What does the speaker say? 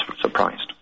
surprised